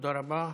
תודה רבה.